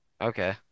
Okay